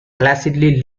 placidly